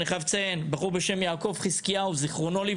אני חייב לציין שבחור בשם יעקב חיזקיהו ז"ל,